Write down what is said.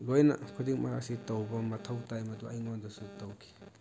ꯂꯣꯏꯅ ꯈꯨꯗꯤꯡꯃꯛ ꯑꯁꯤ ꯇꯧꯕ ꯃꯊꯧ ꯇꯥꯏ ꯃꯗꯨ ꯑꯩꯉꯣꯟꯗꯁꯨ ꯇꯧꯈꯤ